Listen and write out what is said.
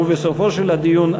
ובסופו של הדיון,